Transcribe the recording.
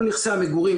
כל נכסי המגורים,